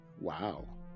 Wow